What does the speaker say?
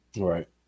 Right